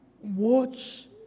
watch